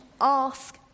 ask